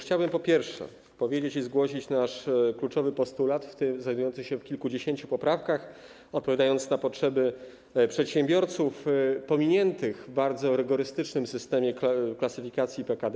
Chciałbym, po pierwsze, zgłosić nasz kluczowy postulat, znajdujący się w kilkudziesięciu poprawkach, odpowiadając na potrzeby przedsiębiorców pominiętych w bardzo rygorystycznym systemie klasyfikacji PKD.